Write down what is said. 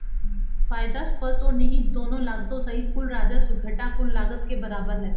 फायदा स्पष्ट और निहित दोनों लागतों सहित कुल राजस्व घटा कुल लागत के बराबर है